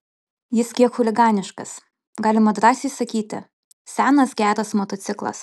jis kiek chuliganiškas galima drąsiai sakyti senas geras motociklas